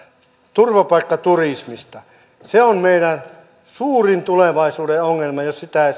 turvapaikkaturismista se on meidän suurin tulevaisuuden ongelma jos sitä